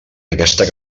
aquesta